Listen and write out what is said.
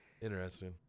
interesting